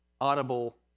audible